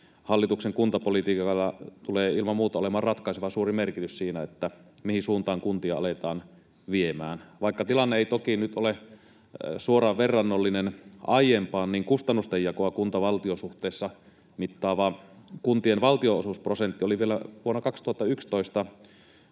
Hallituksen kuntapolitiikalla tulee ilman muuta olemaan ratkaisevan suuri merkitys siinä, mihin suuntaan kuntia aletaan viemään. Vaikka tilanne ei toki nyt ole suoraan verrannollinen aiempaan, niin kustannusten jakoa kunta—valtio-suhteessa mittaava kuntien valtionosuusprosentti oli vielä vuonna 2011